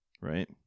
right